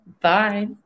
Bye